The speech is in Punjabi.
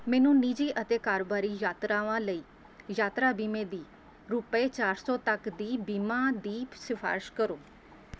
ਮੈਨੂੰ ਨਿਜੀ ਅਤੇ ਕਾਰੋਬਾਰੀ ਯਾਤਰਾਵਾਂ ਲਈ ਯਾਤਰਾ ਬੀਮੇ ਦੀ ਰੁਪਏ ਚਾਰ ਸੌ ਤੱਕ ਦੀ ਬੀਮਾ ਦੀ ਸਿਫ਼ਾਰਸ਼ ਕਰੋ